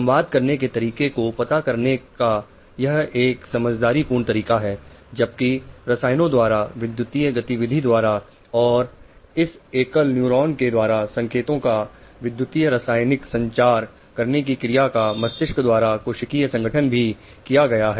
संवाद करने के तरीके को पता करने का यह एक समझदारी पूर्ण तरीका है जबकि रसायनों द्वारा विद्युतीय गतिविधि द्वारा और इस एकल न्यूरॉन के द्वारा संकेतों का विद्युतीय रसायनिक संचार करने की क्रिया का मस्तिष्क द्वारा कोशिकीय संगठन भी किया गया है